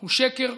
הוא שקר.